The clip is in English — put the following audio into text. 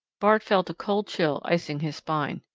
bart felt a cold chill icing his spine.